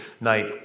night